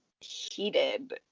heated